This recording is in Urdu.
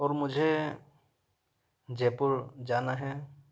اور مجھے جےپور جانا ہے